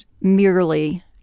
merely